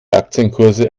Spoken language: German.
aktienkurse